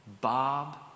Bob